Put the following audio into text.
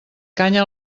canya